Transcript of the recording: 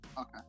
Okay